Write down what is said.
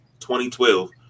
2012